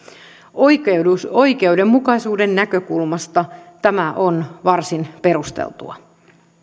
oikeudenmukaisuuden näkökulmasta tämä on varsin perusteltua